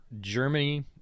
Germany